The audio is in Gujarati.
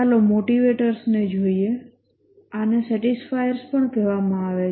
ચાલો મોટીવેટર્સ ને જોઈએ આને સેટિસ્ફાયર્સ પણ કહેવામાં આવે છે